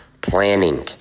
planning